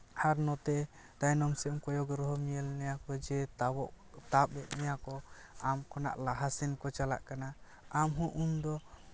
ᱟᱨ ᱛᱟᱭᱱᱚᱢ ᱥᱮᱱ ᱠᱚᱭᱚᱜ ᱨᱮᱦᱚᱸ ᱧᱮᱞ ᱢᱮᱭᱟ ᱠᱚᱡᱮ ᱛᱟᱵᱚᱜ ᱛᱟᱵ ᱮᱜ ᱢᱮᱭᱟ ᱠᱚ ᱟᱢ ᱠᱷᱚᱱᱟᱜ ᱞᱟᱦᱟ ᱥᱮᱱ ᱠᱚ ᱪᱟᱞᱟᱜ ᱠᱟᱱᱟ ᱟᱢᱦᱚᱸ ᱩᱱᱫᱚ